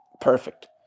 perfect